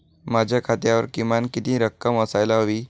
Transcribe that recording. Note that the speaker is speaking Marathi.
माझ्या खात्यावर किमान किती रक्कम असायला हवी?